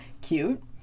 Cute